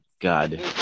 god